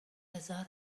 هزار